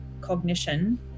cognition